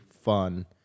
fun